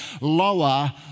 lower